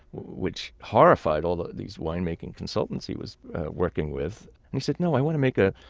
which horrified all these winemaking consultants he was working with he said, no. i want to make a